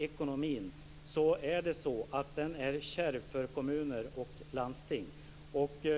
Ekonomin är kärv för kommuner och landsting.